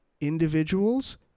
individuals